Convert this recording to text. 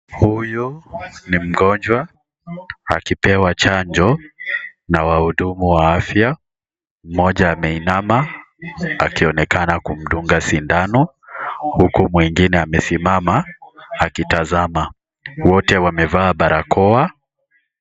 Huyu ni mgonjwa akipewa chanjo na wahudumu wa afya. Mmoja ameinama akionekana kumdunga sindano, huku mwingine amesimama akitazama. Wote wamevaa barakoa.